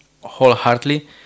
wholeheartedly